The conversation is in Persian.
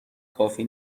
کافی